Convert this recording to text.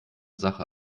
sache